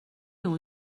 اون